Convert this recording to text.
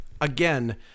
Again